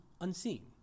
unseen